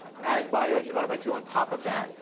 add body length divided by two on top of that.